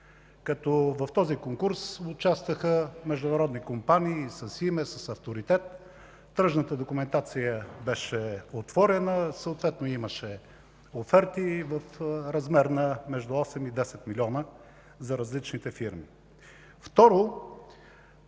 В този конкурс участваха международни компании с име, с авторитет. Тръжната документация беше отворена. Съответно имаше оферти в размер 8-10 милиона за различните фирми.